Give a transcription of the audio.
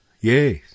yes